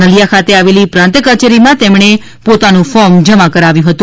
નલિયા ખાતે આવેલી પ્રાંત કચેરીમાં તેમણે પોતાનું ફોર્મ જમા કરાવ્યુ હતું